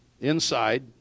Inside